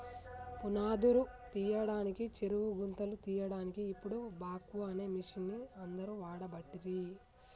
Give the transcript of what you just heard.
పునాదురు తీయడానికి చెరువు గుంతలు తీయడాన్కి ఇపుడు బాక్వో అనే మిషిన్ని అందరు వాడబట్టిరి